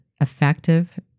effective